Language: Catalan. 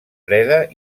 freda